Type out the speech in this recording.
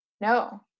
no